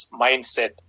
mindset